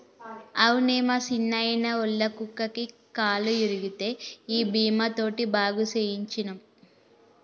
అవునే మా సిన్నాయిన, ఒళ్ళ కుక్కకి కాలు ఇరిగితే ఈ బీమా తోటి బాగు సేయించ్చినం